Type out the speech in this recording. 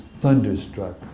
thunderstruck